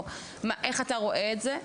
או איך אתה רואה את זה?